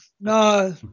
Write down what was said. no